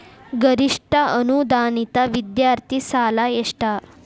ಗರಿಷ್ಠ ಅನುದಾನಿತ ವಿದ್ಯಾರ್ಥಿ ಸಾಲ ಎಷ್ಟ